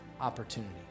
opportunity